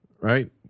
right